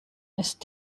ist